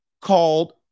called